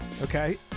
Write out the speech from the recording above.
okay